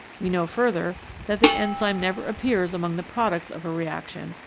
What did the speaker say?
we know further that the enzyme never appears among the products of a reaction,